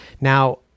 Now